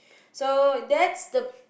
so that's the